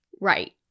Right